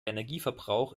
energieverbrauch